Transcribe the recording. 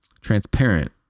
transparent